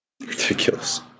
Ridiculous